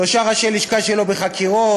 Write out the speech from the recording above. שלושה ראשי לשכה שלו בחקירות,